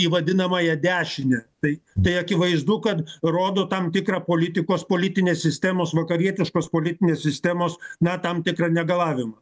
į vadinamąją dešinę tai tai akivaizdu kad rodo tam tikrą politikos politinės sistemos vakarietiškos politinės sistemos na tam tikrą negalavimą